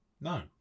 No